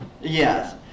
Yes